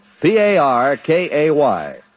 P-A-R-K-A-Y